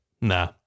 Nah